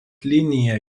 linija